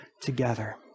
together